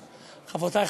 חברותי,